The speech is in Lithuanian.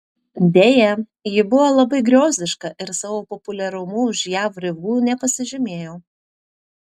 deja ji buvo labai griozdiška ir savo populiarumu už jav ribų nepasižymėjo